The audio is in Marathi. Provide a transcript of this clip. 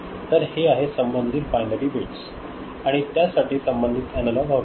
तर हे आहे संबंधित बायनरी वेट्स आणि त्या साठी संबंधित अॅनालॉग आउटपुट